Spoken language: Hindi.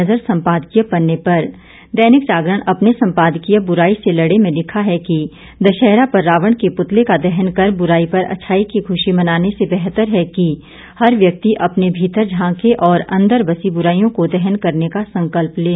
नजर सम्पादकीय पन्ने पर दैनिक जागरण अपने सम्पादकीय बुराई से लड़ें में लिखा है कि दशहरा पर रावण के पुतले का दहन कर बुराई पर अच्छाई की खुशी मनाने से बेहतर है कि हर व्यक्ति अपने भीतर झांके और अंदर बसी बुराईयों को दहन करने का संकल्प लें